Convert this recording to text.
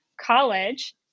college